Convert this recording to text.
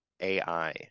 AI